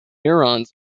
neurons